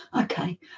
Okay